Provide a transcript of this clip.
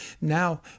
Now